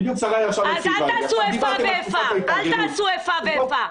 אל תעשו איפה ואיפה.